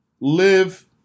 live